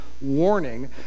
warning